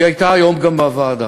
היא הייתה היום גם בוועדה.